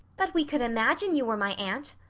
but we could imagine you were my aunt.